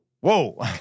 Whoa